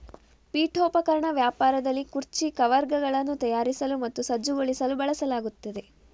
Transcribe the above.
ಪೀಠೋಪಕರಣ ವ್ಯಾಪಾರದಲ್ಲಿ ಕುರ್ಚಿ ಕವರ್ಗಳನ್ನು ತಯಾರಿಸಲು ಮತ್ತು ಸಜ್ಜುಗೊಳಿಸಲು ಬಳಸಲಾಗುತ್ತದೆ